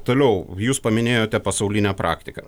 toliau jūs paminėjote pasaulinę praktiką